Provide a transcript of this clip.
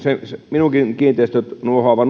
minunkin kiinteistöni nuohoavalla